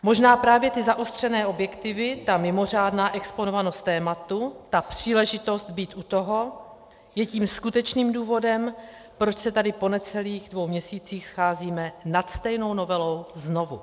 Možná právě ty zaostřené objektivy, ta mimořádná exponovanost tématu, ta příležitost být u toho je tím skutečným důvodem, proč se tady po necelých dvou měsících scházíme nad stejnou novelou znovu.